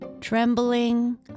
Trembling